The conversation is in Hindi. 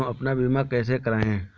हम अपना बीमा कैसे कराए?